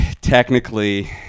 technically